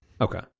okay